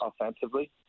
offensively